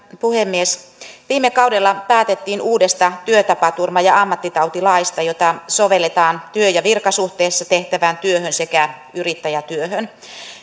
puhemies viime kaudella päätettiin uudesta työtapaturma ja ammattitautilaista jota sovelletaan työ ja virkasuhteessa tehtävään työhön sekä yrittäjätyöhön